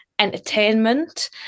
entertainment